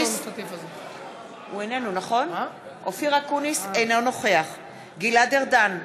אינו נוכח גלעד ארדן,